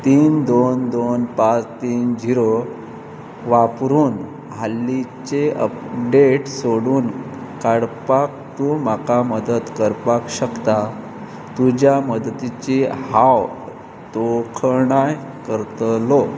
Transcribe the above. तीन दोन दोन पांच तीन जिरो वापरून हाल्लीचे अपडेट सोडून काडपाक तूं म्हाका मदत करपाक शकता तुज्या मदतीची हांव तोखणाय करतलों